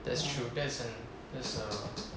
that's true that's an that's a